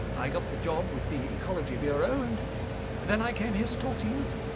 i got the job with the ecology bureau, and then i came here to talk to you.